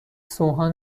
سوهان